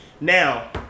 Now